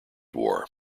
war